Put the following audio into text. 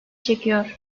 çekiyor